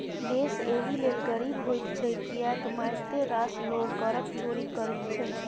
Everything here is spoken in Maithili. देश एहि लेल गरीब होइत छै किएक मारिते रास लोग करक चोरि करैत छै